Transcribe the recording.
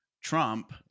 Trump